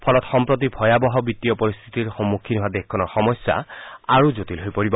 ফলত সম্প্ৰতি ভয়াৱহ বিত্তীয় পৰিস্থিতিৰ সন্মুখীন হোৱা দেশখনৰ সমস্যা আৰু জটিল হৈ পৰিব